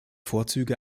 vorzüge